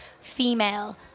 female